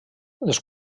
les